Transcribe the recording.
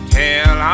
tell